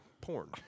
Porn